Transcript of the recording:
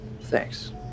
Thanks